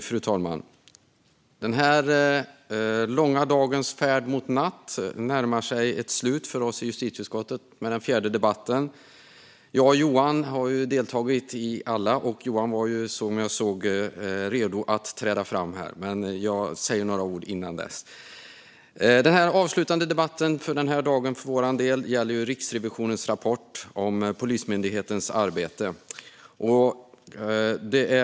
Fru talman! Det är en lång dags färd mot natt. Dagen närmar sig ett slut för oss i justitieutskottet i och med den fjärde debatten. Jag och Johan har deltagit i alla. Jag såg att Johan var redo att träda fram här, men jag ska säga några ord innan det är hans tur. Dagens avslutande debatt, för vår del, gäller Riksrevisionens rapport om Polismyndighetens arbete.